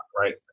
right